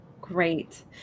Great